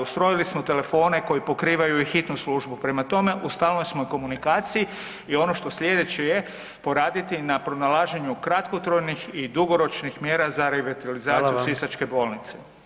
Ustrojili smo telefone koji pokrivaju i Hitnu službu prema tome, u stalnoj smo komunikaciji i ono što slijeće je, poraditi na pronalaženju kratkotrajnih i dugoročnih mjera za revitalizaciju sisačke bolnice.